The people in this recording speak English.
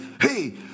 Hey